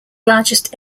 largest